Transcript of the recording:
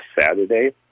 Saturday